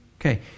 Okay